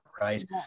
right